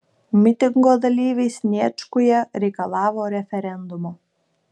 mitingo dalyviai sniečkuje reikalavo referendumo